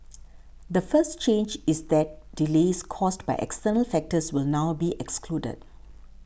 the first change is that delays caused by external factors will now be excluded